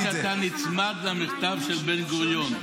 תמיד אתה נצמד למכתב של בן-גוריון,